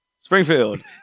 Springfield